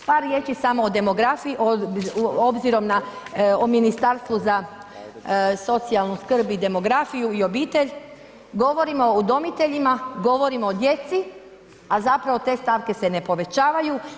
Par riječi samo o demografiji obzirom na, o Ministarstvu za socijalnu skrbi i demografiju i obitelj, govorimo o udomiteljima, govorimo o djeci, a zapravo te stavke se ne povećavaju.